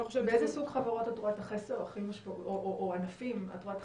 באיזו סוג חברות או ענפים את רואה את